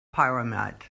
pyramids